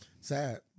Sad